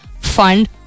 Fund